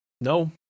no